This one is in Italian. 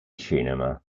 cinema